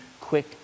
quick